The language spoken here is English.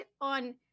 on